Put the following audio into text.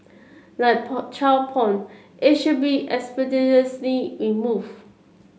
like child porn it should be expeditiously remove